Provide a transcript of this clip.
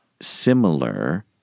similar